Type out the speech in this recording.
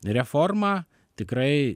reformą tikrai